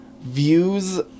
views